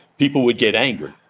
people would get angry,